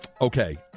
Okay